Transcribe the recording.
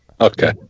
Okay